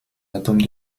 atomes